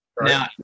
Now